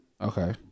Okay